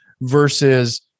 versus